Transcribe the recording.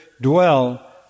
dwell